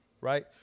right